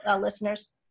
listeners